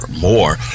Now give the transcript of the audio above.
more